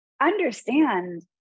understand